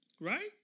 right